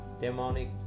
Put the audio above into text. demonic